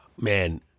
Man